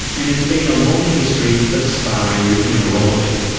and it's been a long history of sparring with mineralogy.